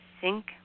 sink